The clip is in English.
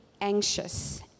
anxious